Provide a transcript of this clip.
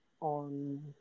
on